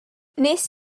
nes